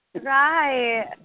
right